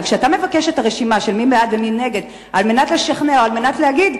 כשאתה מבקש את הרשימה של מי בעד ומי נגד על מנת לשכנע ועל מנת להגיד,